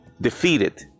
defeated